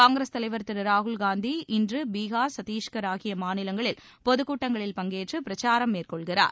காங்கிரஸ் தலைவர் திரு ராகுல் காந்தி இன்று பீகார் சத்திஷ்கர் ஆகிய மாநிலங்களில் பொது கூட்டங்களில் பங்கேற்று பிரச்சாரம் மேற்கொள்கிறார்